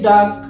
Duck